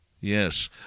yes